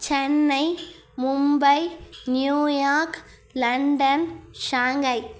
Chennai Mumbai New York London Shanghai